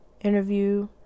interview